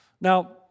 Now